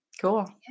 cool